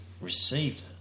received